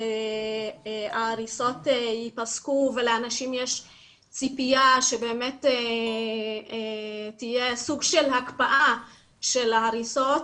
שההריסות ייפסקו ולאנשים יש ציפייה שבאמת תהיה סוג של הקפאה של ההריסות,